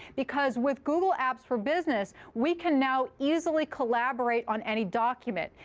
because with google apps for business, we can now easily collaborate on any document.